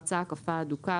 (8)בצע הקפה הדוקה.